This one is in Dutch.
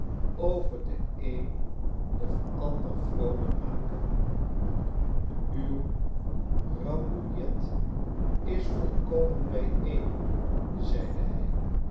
over den een of ander vroolijk maken uw rambouillet is volkomen bijeen zeide hij